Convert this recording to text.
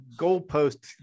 goalposts